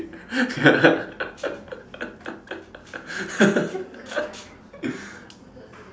ya